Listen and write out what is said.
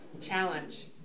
challenge